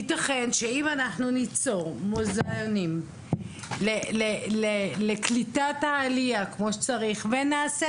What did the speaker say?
יתכן שאם אנחנו ניצור מוזיאונים לקליטת העלייה כמו שצריך ונעשה